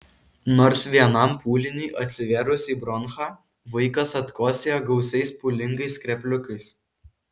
nors vienam pūliniui atsivėrus į bronchą vaikas atkosėja gausiais pūlingais skrepliukais